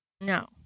No